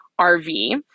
RV